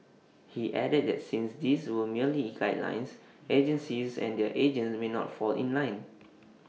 he added that since these were merely guidelines agencies and their agents may not fall in line